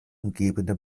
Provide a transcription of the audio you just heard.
umgebende